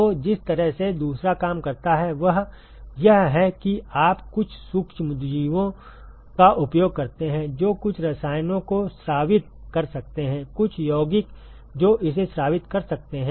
तो जिस तरह से दूसरा काम करता है वह यह है कि आप कुछ सूक्ष्मजीवों का उपयोग करते हैं जो कुछ रसायनों को स्रावित कर सकते हैं कुछ यौगिक जो इसे स्रावित कर सकते हैं